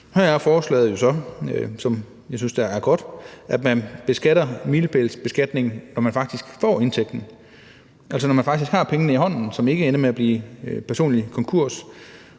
Her er forslaget jo så. Og jeg synes, det er godt, at milepælsbeskatningen skal ske, når man faktisk får indtægten, altså når man faktisk har pengene i hånden, så man ikke ender med at gå personligt konkurs,